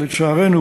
לצערנו,